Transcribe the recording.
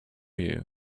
you